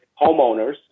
homeowners